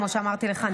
כמו שאמרתי לך,